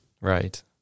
Right